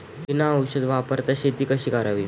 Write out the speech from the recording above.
बिना औषध वापरता शेती कशी करावी?